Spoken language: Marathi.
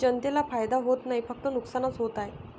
जनतेला फायदा होत नाही, फक्त नुकसानच होत आहे